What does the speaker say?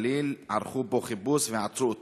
ערכו בו חיפוש ועצרו אותה.